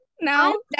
No